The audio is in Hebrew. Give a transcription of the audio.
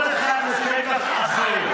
כל אחד לפתח אחר.